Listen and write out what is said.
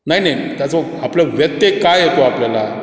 नाही नाही त्याचो आपलं व्यत्यय काय येतो आपल्याला